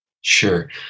Sure